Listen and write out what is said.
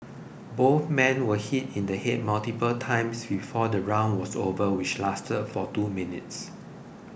both men were hit in the head multiple times before the round was over which lasted for two minutes